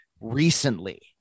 recently